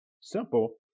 simple